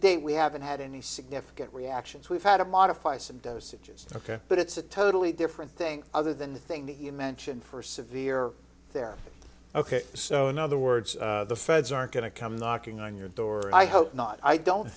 date we haven't had any significant reactions we've had a modify some dosages ok but it's a totally different thing other than the thing that you mentioned for severe there ok so in other words the feds aren't going to come knocking on your door i hope not i don't